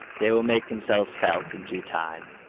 they will make themselves felt in due time.